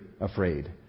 afraid